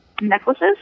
necklaces